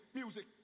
music